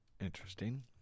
Interesting